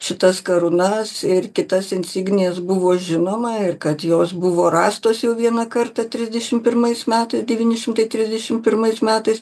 šitas karūnas ir kitas insignijas buvo žinoma ir kad jos buvo rastos jau vieną kartą trisdešim pirmais metais devyni šimtai trisdešim pirmais metais